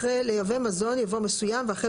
אחרי "לייבא מזון" יבוא "מסוים" ואחרי